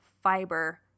fiber